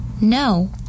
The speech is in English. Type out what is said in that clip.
No